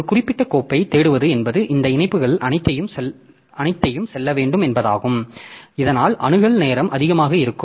ஒரு குறிப்பிட்ட கோப்பைத் தேடுவது என்பது இந்த இணைப்புகள் அனைத்தையும் செல்ல வேண்டும் என்பதாகும் இதனால் அணுகல் நேரம் அதிகமாக இருக்கும்